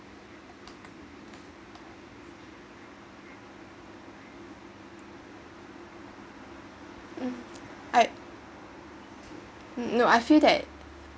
um I no I feel that